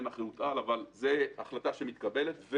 אין אחריות-על, אבל זאת ההחלטה שמתקבלת.